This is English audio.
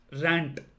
rant